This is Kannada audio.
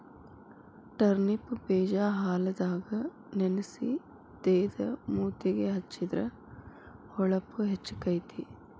ಟರ್ನಿಪ್ ಬೇಜಾ ಹಾಲದಾಗ ನೆನಸಿ ತೇದ ಮೂತಿಗೆ ಹೆಚ್ಚಿದ್ರ ಹೊಳಪು ಹೆಚ್ಚಕೈತಿ